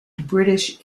british